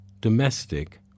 domestic